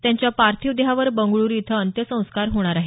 त्यांच्या पार्थिव देहावर बंगरुळू इथं अंत्यसंस्कार होणार आहेत